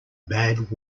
bad